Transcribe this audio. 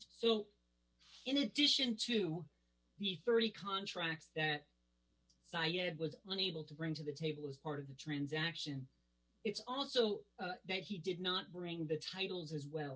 so in addition to the thirty contracts that siad was unable to bring to the table as part of the transaction it's also that he did not bring the titles as well